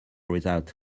without